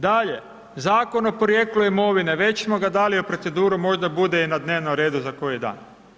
Dalje, Zakon o porijeklu imovine, već smo ga dali u proceduru, možda bude i na dnevnom redu za koji dan.